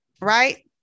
Right